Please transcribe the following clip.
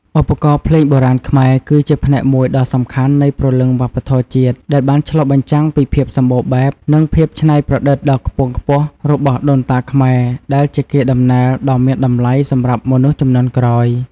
ឧបករណ៍ភ្លេងបុរាណខ្មែរ គឺជាផ្នែកមួយដ៏សំខាន់នៃព្រលឹងវប្បធម៌ជាតិ ដែលបានឆ្លុះបញ្ចាំងពីភាពសម្បូរបែប និងភាពច្នៃប្រឌិតដ៏ខ្ពង់ខ្ពស់របស់ដូនតាខ្មែរ ដែលជាកេរដំណែលដ៏មានតម្លៃសម្រាប់មនុស្សជំនាន់ក្រោយ។